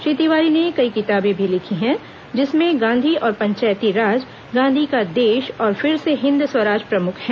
श्री तिवारी ने कई किताबें भी लिखी हैं जिनमें गांधी और पंचायती राज गांधी का देश और फिर से हिन्द स्वराज प्रमुख हैं